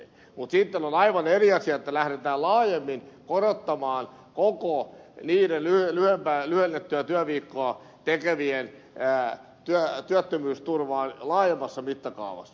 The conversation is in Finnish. mutta sitten on aivan eri asia että lähdetään laajemmin korottamaan koko niiden lyhennettyä työviikkoa tekevien työttömyysturvaa laajemmassa mittakaavassa